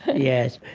yes.